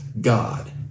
God